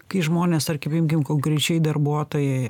kai žmonės tarkim imkim konkrečiai darbuotojai